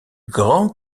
grands